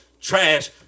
trash